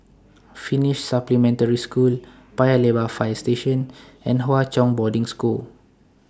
Finnish Supplementary School Paya Lebar Fire Station and Hwa Chong Boarding School